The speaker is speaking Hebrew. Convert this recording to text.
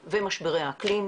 וכו'.